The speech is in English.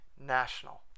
national